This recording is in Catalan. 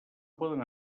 poden